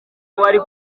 wari